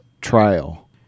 trial